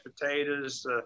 potatoes